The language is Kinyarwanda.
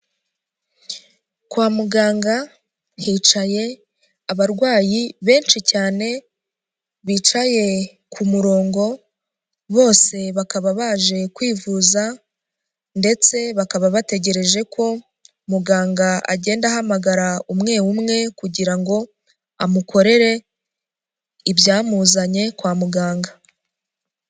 Kwa muganga hicaye abarwayi benshi cyane, bicaye ku murongo bose bakaba baje kwivuza ndetse bakaba bategereje ko muganga agenda ahamagara, umwe, umwe kugira ngo amukorere, ibyamuzanye kwa muganga.